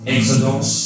Exodus